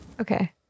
Okay